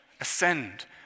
ascend